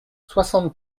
soixante